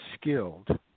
skilled